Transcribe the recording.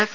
S